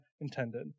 intended